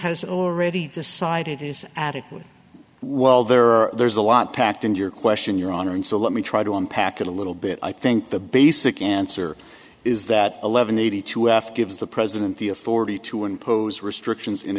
has already decided his attic well there are there's a lot packed in your question your honor and so let me try to unpack it a little bit i think the basic answer is that eleven eighty two f gives the president the authority to impose restrictions in